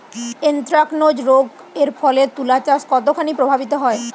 Anthracnose রোগ এর ফলে তুলাচাষ কতখানি প্রভাবিত হয়?